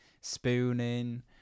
spooning